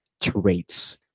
traits